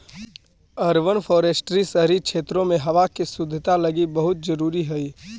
urban forestry शहरी क्षेत्रों में हावा के शुद्धता लागी बहुत जरूरी हई